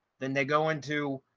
then they go into,